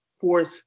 fourth